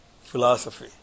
philosophy